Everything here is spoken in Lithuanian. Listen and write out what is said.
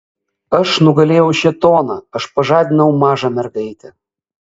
aš nugalėjau šėtoną aš pažadinau mažą mergaitę